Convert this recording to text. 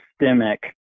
systemic